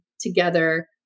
together